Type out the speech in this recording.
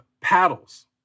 Paddles